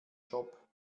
job